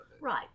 right